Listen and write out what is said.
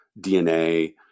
DNA